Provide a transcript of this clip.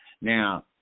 Now